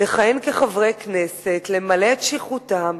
לכהן כחברי כנסת, למלא את שליחותם